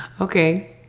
Okay